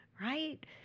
right